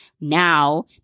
now